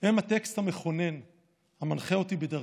הם הטקסט המכונן המנחה אותי בדרכי.